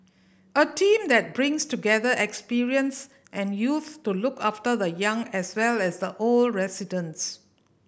a team that brings together experience and youth to look after the young as well as the old residents